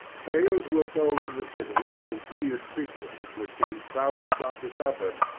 tales were told in the city of the weird figure which was seen prowling about the suburbs,